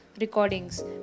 recordings